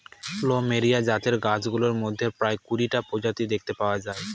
plumeria জাতের গাছগুলোর মধ্যে প্রায় কুড়িটা প্রজাতি দেখতে পাওয়া যায়